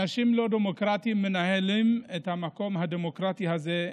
אנשים לא דמוקרטיים מנהלים את המקום הדמוקרטי הזה,